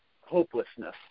hopelessness